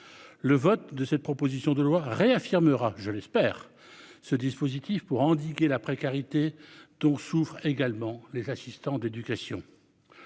Le vote de cette proposition de loi réaffirmera. Je l'espère. Ce dispositif pour endiguer la précarité dont souffrent également les assistants d'éducation.